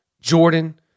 Jordan